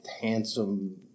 handsome